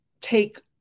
take